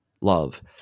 love